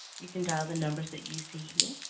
you can dial the numbers that you see here,